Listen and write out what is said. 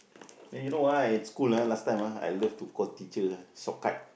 then you know why at school ah last time ah I love to call teacher ah shortcut